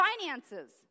Finances